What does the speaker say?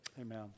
Amen